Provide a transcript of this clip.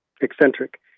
eccentric